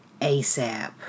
ASAP